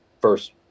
first